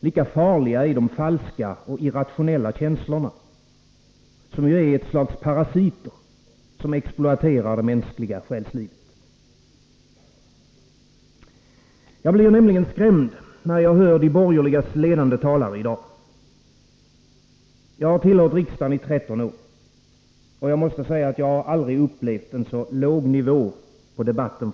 lika farliga är de falska och irrationella känslorna, som ju är ett slags parasiter som exploaterar det mänskliga själslivet. Jag blir nämligen skrämd, när jag hör de borgerligas ledande talare i dag. Jag har tillhört riksdagen i 13 år. Jag måste säga att jag aldrig tidigare har upplevt en så låg nivå på debatten.